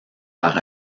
par